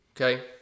Okay